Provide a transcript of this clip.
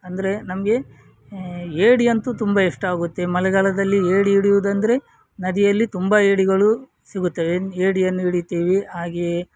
ಅಂದರೆ ನಮಗೆ ಏಡಿಯಂತೂ ತುಂಬ ಇಷ್ಟ ಆಗುತ್ತೆ ಮಳೆಗಾಲದಲ್ಲಿ ಏಡಿ ಹಿಡಿಯುವುದೆಂದರೆ ನದಿಯಲ್ಲಿ ತುಂಬ ಏಡಿಗಳು ಸಿಗುತ್ತವೆ ಏಡಿಯನ್ನು ಹಿಡಿತೀವಿ ಹಾಗೆಯೇ